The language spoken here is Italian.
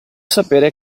sapere